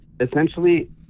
essentially